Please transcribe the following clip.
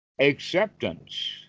acceptance